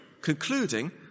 concluding